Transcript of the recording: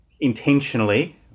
intentionally